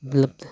उपलब्ध